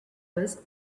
was